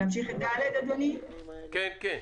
אדוני היושב-ראש,